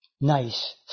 nice